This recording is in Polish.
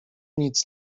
nic